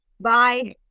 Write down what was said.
Bye